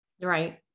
right